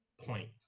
point